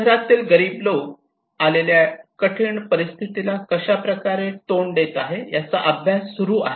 शहरातील गरीब लोक आलेल्या कठीण परिस्थितीला कशा प्रकारे तोंड देत आहे याचा अभ्यास सुरू आहे